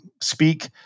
speak